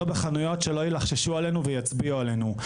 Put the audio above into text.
בחנויות שלא ילחששו עלינו ויצביעו עלינו.